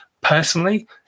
Personally